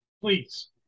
please